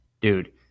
dude